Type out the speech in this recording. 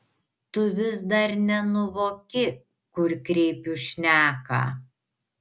tu vis dar nenuvoki kur kreipiu šneką